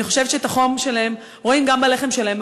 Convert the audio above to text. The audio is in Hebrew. אני חושבת שאת החום שלהן רואים גם בלחם שלהן,